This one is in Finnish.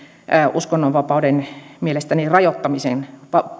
uskonnonvapauden mielestäni rajoittamisen